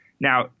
Now